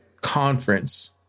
conference